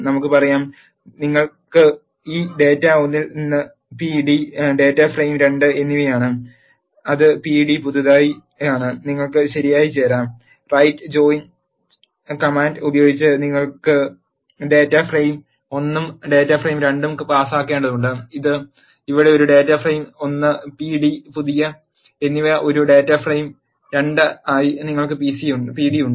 നമുക്ക് പറയാം നിങ്ങൾക്ക് ഈ ഡാറ്റ 1 ൽ നിന്ന് പി ഡി ഡാറ്റാ ഫ്രെയിം 2 എന്നിവയുണ്ട് അത് പി ഡി പുതിയതാണ് നിങ്ങൾക്ക് ശരിയായ ചേരാം റൈറ്റ് ജോയിഞ്ച് കമാൻഡ് ഉപയോഗിച്ച് നിങ്ങൾ ഡാറ്റാ ഫ്രെയിം 1 ഉം ഡാറ്റാ ഫ്രെയിം 2 ഉം പാസാക്കേണ്ടതുണ്ട് ഇവിടെ ഒരു ഡാറ്റാ ഫ്രെയിം 1 പി ഡി പുതിയ എന്നിവ ഒരു ഡാറ്റ ഫ്രെയിം 2 ആയി ഞങ്ങൾക്ക് പിഡി ഉണ്ട്